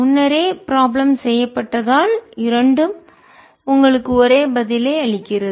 முன்னரே ப்ராப்ளம் செய்யப்பட்டதால் இரண்டும் உங்களுக்கு ஒரே பதிலை அளிக்கிறது